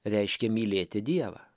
reiškia mylėti dievą